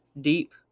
deep